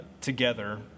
together